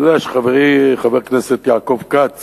אני יודע שחברי חבר הכנסת יעקב כץ